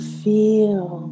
feel